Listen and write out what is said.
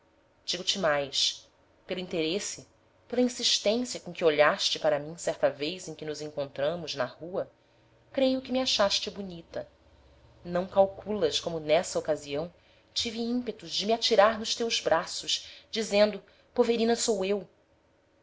digo-te mais pelo interesse pela insistência com que olhaste para mim certa vez em que nos encontramos na rua creio que me achaste bonita não calculas como nessa ocasião tive ímpetos de me atirar nos teus braços dizendo poverina sou eu